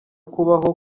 kubaho